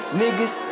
niggas